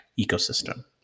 ecosystem